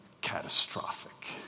catastrophic